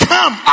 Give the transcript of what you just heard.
Come